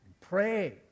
Pray